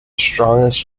strongest